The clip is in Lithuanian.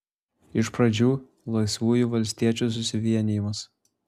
iš pradžių laisvųjų valstiečių susivienijimas